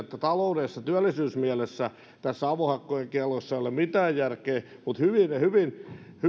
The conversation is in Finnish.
että taloudellisessa ja työllisyysmielessä tässä avohakkuiden kiellossa ei ole mitään järkeä mutta hyvin